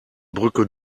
brücke